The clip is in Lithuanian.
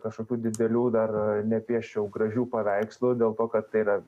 kažkokių didelių dar nepieščiau gražių paveikslų dėl to kad tai yra